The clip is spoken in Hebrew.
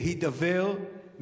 להידבר,